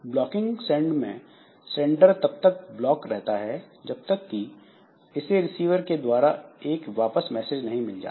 blocking send में sender तब तक ब्लॉक रहता है जब तक कि इसे रिसीवर के द्वारा एक वापस मैसेज नहीं मिल जाता